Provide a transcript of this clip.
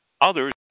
Others